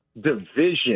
division